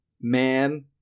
man